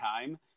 time